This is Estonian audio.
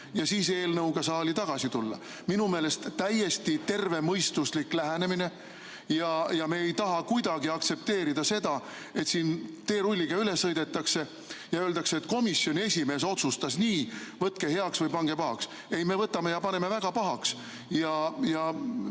ja siis eelnõuga saali tagasi tulla. Minu meelest täiesti tervemõistuslik lähenemine. Me ei taha kuidagi aktsepteerida seda, et siin teerulliga üle sõidetakse ja öeldakse, et komisjoni esimees otsustas nii, võtke heaks või pange pahaks. Ei, me paneme väga pahaks.